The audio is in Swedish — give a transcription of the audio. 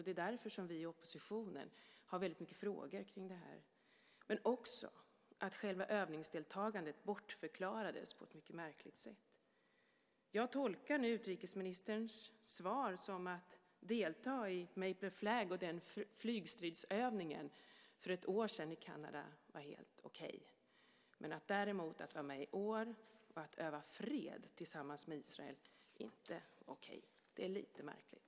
Det är därför som vi i oppositionen har väldigt många frågor kring det här, men också för att själva övningsdeltagandet bortförklarades på ett mycket märkligt sätt. Jag tolkar nu utrikesministerns svar som att det var okej att delta i flygstridsövningen Maple Flag för ett år sedan i Kanada, men att det däremot inte är okej att i år öva fred tillsammans med Israel. Det är lite märkligt.